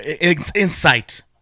insight